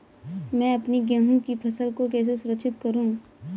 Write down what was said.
मैं अपनी गेहूँ की फसल को कैसे सुरक्षित करूँ?